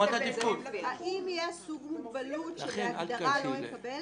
האם יש סוג מוגבלות שבהגדרה לא יקבל